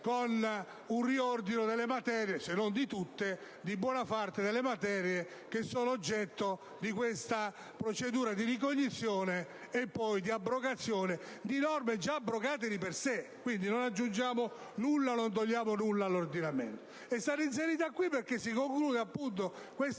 con un riordino, se non di tutte, di buona parte delle materie oggetto di questa procedura di ricognizione, e poi di abrogazione, di norme già abrogate di per sé. Quindi, non aggiungiamo né togliamo nulla all'ordinamento. È stato inserito qui perché questa